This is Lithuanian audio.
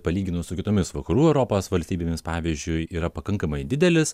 palyginus su kitomis vakarų europos valstybėmis pavyzdžiui yra pakankamai didelis